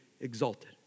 exalted